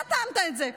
אתה טענת את זה.